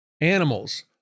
animals